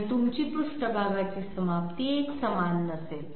आणि तुमची पृष्ठभागाची समाप्ती एकसमान नसेल